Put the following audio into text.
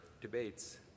debates